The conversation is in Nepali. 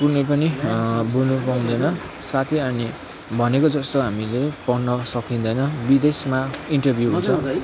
कुनै पनि बोल्नु पाउँदैन साथै अनि भनेको जस्तो हामीले पढ्न सकिँदैन विदेशमा इन्टरभ्यू हुन्छ